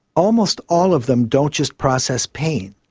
almost all of them don't just process pain,